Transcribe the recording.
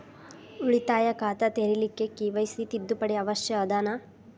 ಉಳಿತಾಯ ಖಾತೆ ತೆರಿಲಿಕ್ಕೆ ಕೆ.ವೈ.ಸಿ ತಿದ್ದುಪಡಿ ಅವಶ್ಯ ಅದನಾ?